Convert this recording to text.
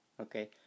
okay